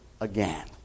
again